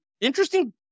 interesting